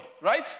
right